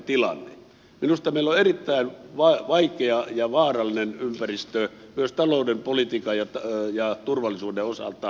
minusta meillä on erittäin vaikea ja vaarallinen ympäristö myös talouden politiikan ja turvallisuuden osalta ja näitä asioita on hyvä pohtia